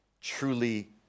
truly